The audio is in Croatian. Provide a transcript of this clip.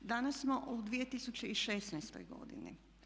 Danas smo u 2016. godini.